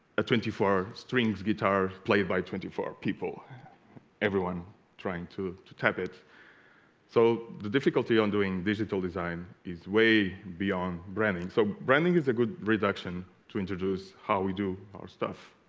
a twenty four strings guitar played by twenty four people everyone trying to to tap it so the difficulty on doing digital design is way beyond branding so branding is a good reduction to introduce how we do our stuff